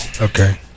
Okay